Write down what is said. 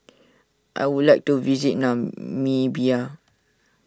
I would like to visit Namibia